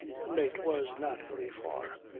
the mate was not very far.